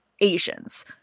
Asians